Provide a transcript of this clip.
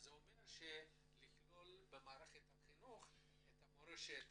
אז זה אומר לכלול במערכת החינוך את המורשת,